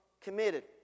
committed